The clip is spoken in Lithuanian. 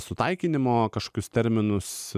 sutaikinimo kažkokius terminus